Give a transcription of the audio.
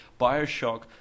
Bioshock